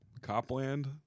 Copland